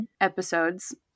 episodes